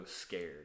scared